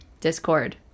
Discord